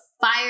fire